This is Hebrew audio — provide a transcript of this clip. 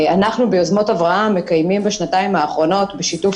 אנחנו ביוזמות אברהם מקיימים בשנתיים האחרונות בשיתוף